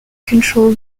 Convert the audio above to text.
control